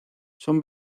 son